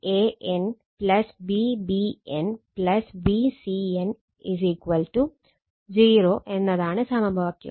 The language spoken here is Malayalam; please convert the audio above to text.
അതിനാൽ Van Vbn Vcn 0 എന്നതാണ് സമവാക്യം